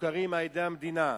המוכרים על-ידי המדינה".